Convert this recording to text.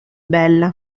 bella